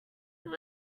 who